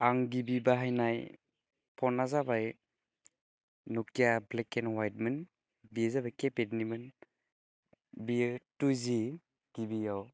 आं गिबि बाहायनाय फना जाबाय नकिया ब्लेक एन वाइटमोन बे जाबाय केपेटनिमोन बेयो टु जि बि गिबियाव